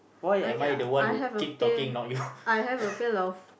uh yeah I have a pail I have a pail of